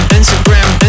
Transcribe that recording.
Instagram